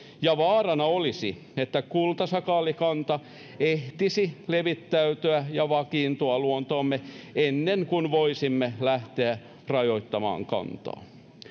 ja vaarana olisi että kultasakaalikanta ehtisi levittäytyä ja vakiintua luontoomme ennen kuin voisimme lähteä rajoittamaan kantaa